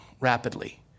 Rapidly